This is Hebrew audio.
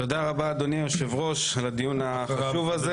תודה רבה אדוני היושב ראש על הדיון החשוב הזה